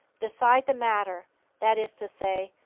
decide the matter that is to say,